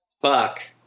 fuck